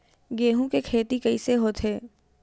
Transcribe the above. गेहूं के खेती कइसे होथे?